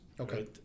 Okay